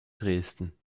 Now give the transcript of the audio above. dresden